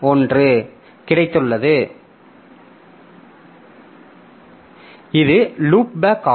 1 கிடைத்துள்ளது இது லூப்பேக் ஆகும்